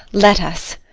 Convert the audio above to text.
let us.